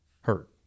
hurt